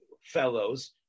fellows